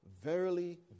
Verily